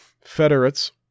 Federates